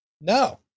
No